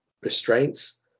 restraints